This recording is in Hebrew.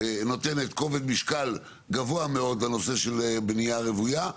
נותנת כובד משקל גבוה מאוד לנושא של בנייה רוויה,